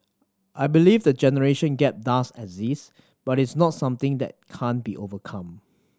I believe the generation gap does exist but it's not something that can't be overcome